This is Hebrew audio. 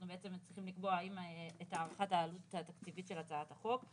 באמת צריכים לקבוע את הערכת העלות התקציבית של הצעת החוק.